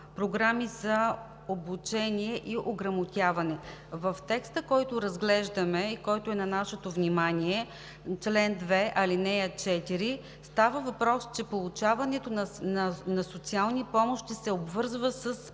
програми за обучение и ограмотяване. В текста, който разглеждаме и който е на нашето внимание – чл. 2, ал. 4, става въпрос, че получаването на социални помощи се обвързва с